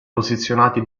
posizionati